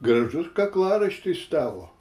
gražus kaklaraištis tavo